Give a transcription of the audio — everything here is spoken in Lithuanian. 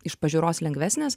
iš pažiūros lengvesnės